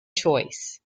choice